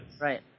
right